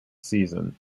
season